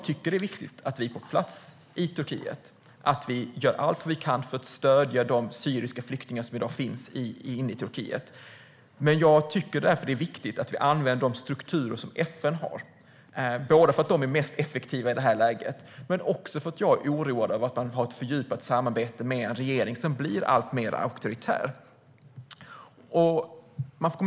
Det är viktigt att vi på plats i Turkiet gör allt vad vi kan för stödja de syriska flyktingar som i dag finns inne i Turkiet. Det är därför viktigt att vi använder de strukturer som FN har. De är de mest effektiva i det här läget. Jag är också oroad över att man har ett fördjupat samarbete med en regering som blir alltmer auktoritär.